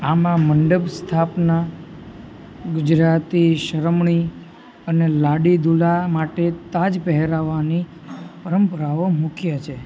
આમાં મંડપ સ્થાપના ગુજરાતી શરમણી અને લાડી દુલ્હા માટે તાજ પેહરાવાની પરંપરાઓ મુખ્ય છે